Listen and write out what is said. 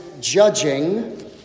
judging